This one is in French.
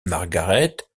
margaret